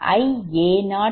இதுL0ʎa0Ia00